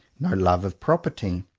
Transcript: no love of property.